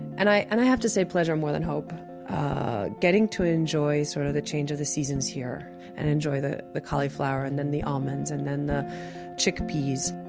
and i and i have to say pleasure more than hope getting to enjoy sort of the change of the seasons here and enjoy the the cauliflower and then the almonds and then the chickpeas,